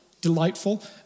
delightful